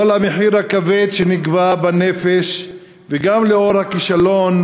בשל המחיר הכבד שנקבע בנפש וגם הכישלון